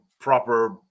proper